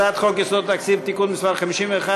הצעת חוק יסודות התקציב (תיקון מס' 51),